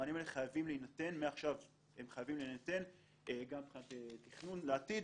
המענים האלה מעכשיו חייבים להינתן גם מבחינת תכנון לעתיד